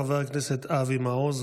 חבר הכנסת אבי מעוז,